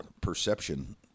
perception